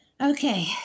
Okay